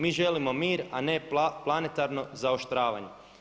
Mi želimo mir, a ne planetarno zaoštravanje.